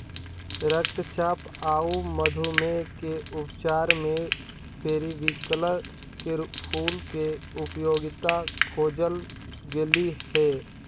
रक्तचाप आउ मधुमेह के उपचार में पेरीविंकल के फूल के उपयोगिता खोजल गेली हे